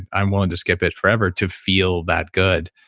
i'm willing to skip it forever to feel that good.